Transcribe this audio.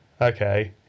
Okay